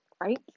right